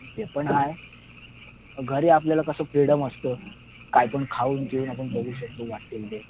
ते पण आहे घरी आपल्याला कसं फ्रीडम असतं काय पण खाऊन पिऊन आपण बघू शकतो वाटेल ते